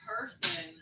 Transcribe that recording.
person